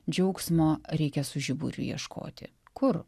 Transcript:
džiaugsmo reikia su žiburiu ieškoti kur